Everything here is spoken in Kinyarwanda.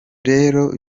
rero